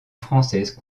française